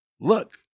look